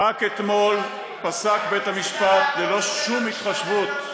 רצית, רק אתמול פסק בית המשפט, ללא שום התחשבות,